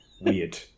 weird